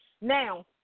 Now